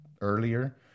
earlier